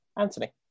Anthony